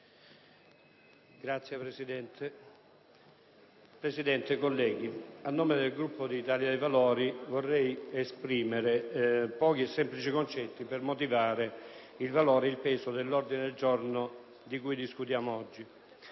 Signor Presidente, onorevoli colleghi, a nome del Gruppo dell'Italia dei Valori vorrei esprimere pochi e semplici concetti per motivare il valore e il peso dell'ordine del giorno di cui discutiamo oggi.